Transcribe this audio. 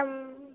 તમ